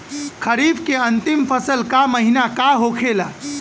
खरीफ के अंतिम फसल का महीना का होखेला?